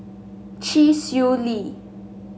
Chee Swee Lee